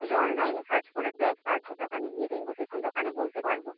আগে অনলাইনে সার্চ করে দেখ তারপর দোকানে গিয়ে দেখব সেরকম দোকানে বলতে পারব